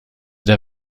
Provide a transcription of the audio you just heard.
der